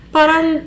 Parang